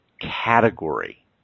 category